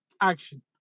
action